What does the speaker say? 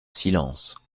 silence